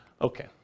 Okay